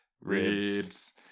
ribs